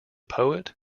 poet